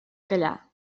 callar